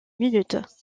minute